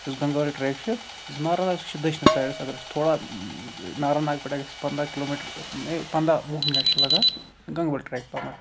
یُس Gangabal track چھُ یُس نارا ناگ سُہ چھُ دٔچھنِس سایڈَس اَگر أسۍ تھوڑا نارا ناگ پٮ۪ٹھ اَسہِ پَنٛداہ کِلوٗ میٖٹَر یہِ پَنٛداہ وُہ مِنٛٹ چھِ لَگان گَنگہٕ بَل ٹرٛیک پہمتھ